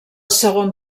segon